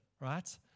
right